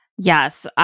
Yes